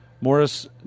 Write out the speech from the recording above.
Morris